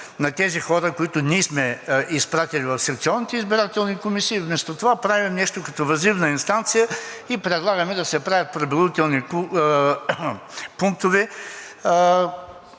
на тези хора, които ние сме изпратили в секционните избирателни комисии, и вместо това правим нещо като въззивна инстанция и предлагаме да се правят преброителни пунктове.